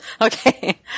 Okay